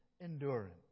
endurance